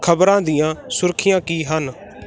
ਖਬਰਾਂ ਦੀਆਂ ਸੁਰਖੀਆਂ ਕੀ ਹਨ